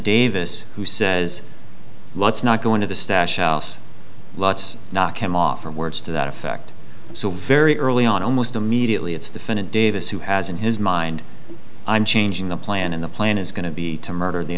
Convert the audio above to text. davis who says let's not go into the stash else let's knock him off or words to that effect so very early on almost immediately it's defendant davis who has in his mind i'm changing the plan and the plan is going to be to murder the